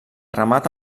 remata